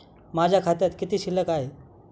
माझ्या खात्यात किती शिल्लक आहे?